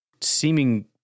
seeming